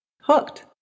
hooked